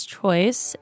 choice